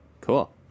cool